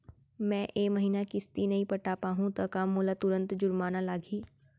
मैं ए महीना किस्ती नई पटा पाहू त का मोला तुरंत जुर्माना लागही?